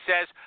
says